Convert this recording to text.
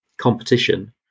competition